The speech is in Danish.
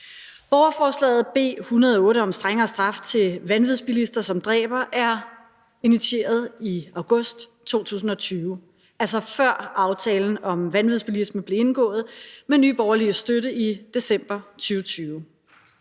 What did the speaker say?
Borgerforslaget B 108 om strengere straf til vanvidsbilister, som dræber, er initieret i august 2020, altså før aftalen om vanvidsbilisme blev indgået med Nye Borgerliges støtte i december 2020.